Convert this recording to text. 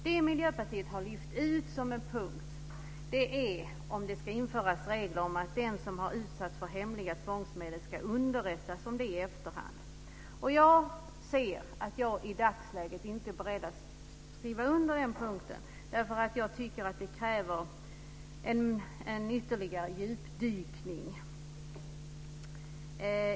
Det Miljöpartiet har lyft ut som en punkt är om det ska införas regler om att den som har utsatts för hemliga tvångsmedel ska underrättas om det i efterhand. Jag är i dagsläget inte beredd att skriva under den punkten, därför att jag tycker att detta kräver en ytterligare djupdykning.